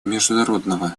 международного